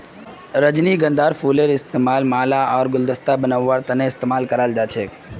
रजनीगंधार फूलेर इस्तमाल माला आर गुलदस्ता बनव्वार तने कराल जा छेक